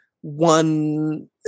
one